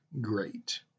great